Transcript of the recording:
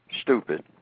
stupid